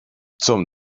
zum